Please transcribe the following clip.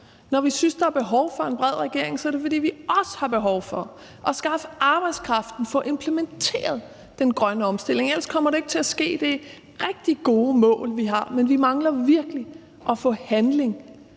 Når vi synes, der er behov for en bred regering, er det, fordi vi også har behov for at skaffe arbejdskraften, få implementeret den grønne omstilling, ellers kommer det ikke til at ske. Det er rigtig gode mål, vi har, men vi mangler virkelig at få handling